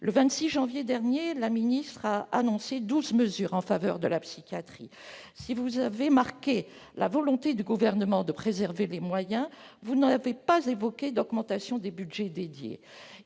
Le 26 janvier dernier, Mme la ministre a annoncé douze mesures en faveur de la psychiatrie. Si elle a indiqué ainsi la volonté du gouvernement de préserver les moyens, elle n'a pas évoqué d'augmentation des budgets dédiés,